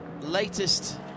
latest